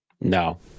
No